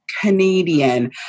Canadian